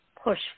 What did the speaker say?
push